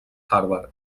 harvard